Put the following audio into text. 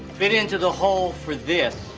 fit into the hole for this,